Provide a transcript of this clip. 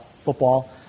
football